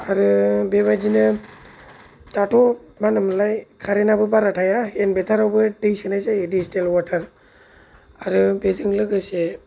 आरो बेबादिनो दाथ' मा होनोमोनलाय कारेन आबो बारा थाया इनभार्तारआवबो दै सोनाय जायो दिसतेल वातार आरो बेजों लोगोसे